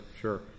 sure